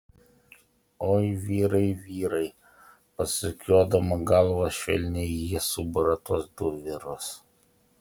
oi vyrai vyrai pasukiodama galvą švelniai ji subara tuos du vyrus